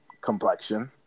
complexion